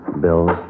Bills